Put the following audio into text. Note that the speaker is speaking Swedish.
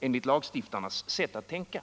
enligt lagstiftarnas sätt att tänka.